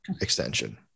extension